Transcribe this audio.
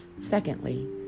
secondly